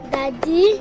Daddy